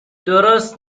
درست